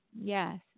yes